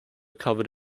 covered